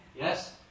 Yes